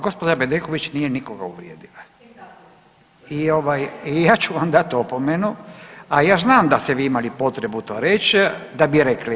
Gospođa Bedeković nije nikoga uvrijedila i ja ću vam dati opomenu, a ja znam da ste vi imali potrebu to reći, da bi rekli.